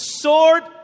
sword